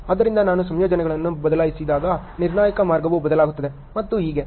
ಆದ್ದರಿಂದ ನಾನು ಸಂಯೋಜನೆಗಳನ್ನು ಬದಲಾಯಿಸಿದಾಗ ನಿರ್ಣಾಯಕ ಮಾರ್ಗವೂ ಬದಲಾಗುತ್ತದೆ ಮತ್ತು ಹೀಗೆ